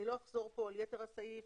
אני לא אחזור על יתר הסעיף.